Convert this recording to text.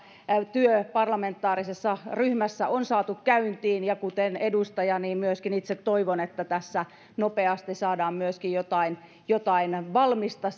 työ parlamentaarisessa ryhmässä on saatu käyntiin ja kuten edustaja niin myöskin itse toivon että sieltä nopeasti saadaan myöskin jotain jotain valmista